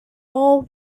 all